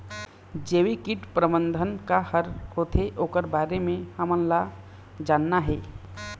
जैविक कीट प्रबंधन का हर होथे ओकर बारे मे हमन ला जानना हे?